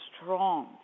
strong